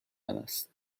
است